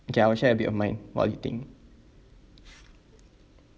okay I will share a bit of mine while you think